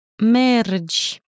Merge